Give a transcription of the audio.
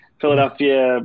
Philadelphia